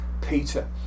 Peter